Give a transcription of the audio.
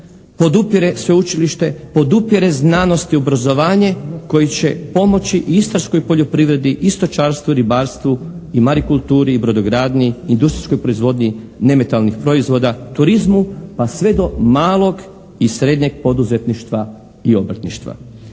podupire sveučilište, podupire znanost i obrazovanje koji će pomoći i istarskoj poljoprivredi i stočarstvu, ribarstvu i marikulturi i brodogradnji, industrijskoj proizvodnji nemetalnih proizvoda, turizmu pa sve do malog i srednjeg poduzetništva i obrtništva.